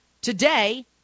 Today